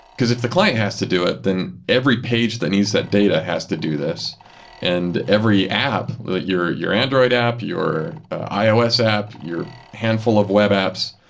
because if the client has to do it, then every page that needs that data has to do this and every app that your your android app, your ios app, your handful of web apps,